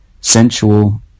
sensual